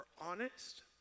honest